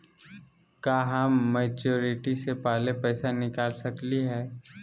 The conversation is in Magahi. का हम मैच्योरिटी से पहले पैसा निकाल सकली हई?